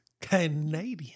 Canadian